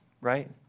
right